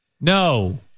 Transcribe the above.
No